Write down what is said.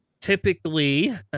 typically